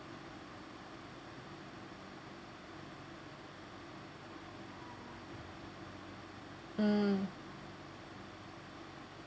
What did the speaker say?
mm